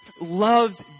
loves